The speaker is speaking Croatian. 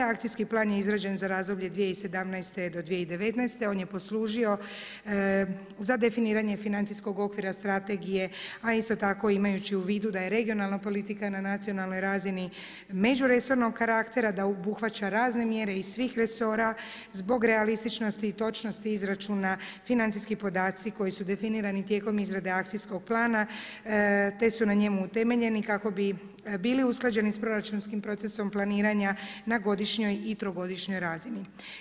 Akcijski plan je izrađen za razdoblje 2017.-2019. on je poslužio za definiranje financijskog okvira strategije, a isto tako imajući u vidu da je regionalna politika na nacionalnoj razini međuresornog karaktera, da obuhvaća razne mjere iz svih resora zbog realističnosti i točnosti izračuna, financijski podaci koji su definirani tijekom izrade akcijskog plana te su na njemu utemeljeni kako bi bili usklađeni s proračunskim procesom planiranja na godišnjoj i trogodišnjoj razini.